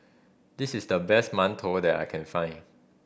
this is the best mantou that I can find